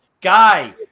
Guy